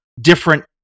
different